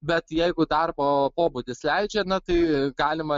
bet jeigu darbo pobūdis leidžia na tai galima